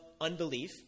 unbelief